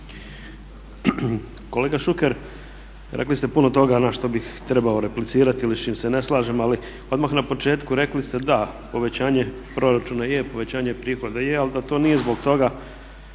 Kolega Šuker rekli ste puno toga na što bih trebao replicirati ili s čim se ne slažem ali odmah na početku rekli ste da povećanje proračuna je, povećanje prihoda je ali da to nije zbog toga